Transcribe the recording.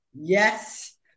Yes